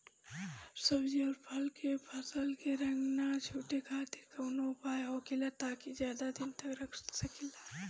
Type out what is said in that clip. सब्जी और फल के फसल के रंग न छुटे खातिर काउन उपाय होखेला ताकि ज्यादा दिन तक रख सकिले?